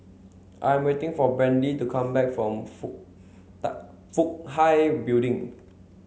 I'm waiting for Brandee to come back from for Fook Hai Building